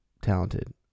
talented